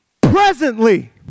presently